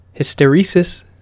hysteresis